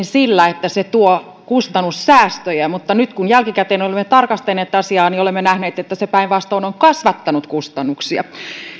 sillä että se tuo kustannussäästöjä mutta nyt kun jälkikäteen olemme tarkastaneet asiaa niin olemme nähneet että se päinvastoin on kasvattanut kustannuksia